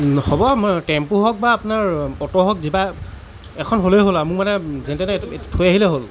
হ'ব আপোনাৰ টেম্পু হওঁক বা আপোনাৰ অট' হওঁক বা যিবা এখন হ'লেই হ'ল আৰু মোৰ মানে যেনে তেনে থৈ আহিলেই হ'ল